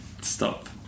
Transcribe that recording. stop